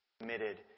committed